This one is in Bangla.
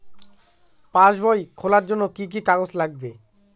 পাসবই খোলার জন্য কি কি কাগজ লাগবে?